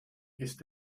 ist